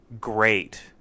great